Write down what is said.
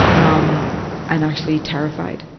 um and actually terrified.